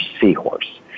seahorse